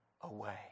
away